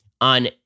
on